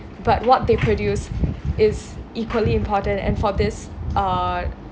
but what they produce is equally important and for this uh